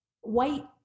white